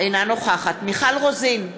אינה נוכחת מיכל רוזין,